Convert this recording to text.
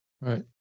Right